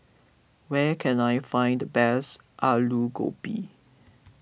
where can I find the best Alu Gobi